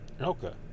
Okay